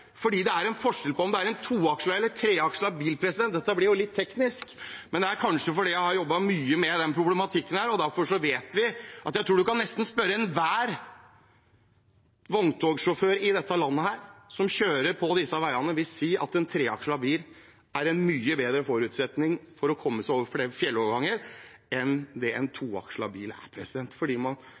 fordi det utgjør en forskjell om det er en toakslet eller treakslet bil – dette blir litt teknisk, men det er kanskje fordi jeg har jobbet mye med denne problematikken. Derfor vet vi – jeg tror nesten du kan spørre enhver vogntogsjåfør i dette landet som kjører på disse veiene – at en treakslet bil er en mye bedre forutsetning for å komme over fjelloverganger enn det en toakslet bil er, fordi man